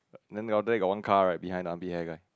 then there after that got one car right behind the armpit hair guy